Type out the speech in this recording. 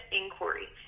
inquiry